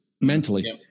mentally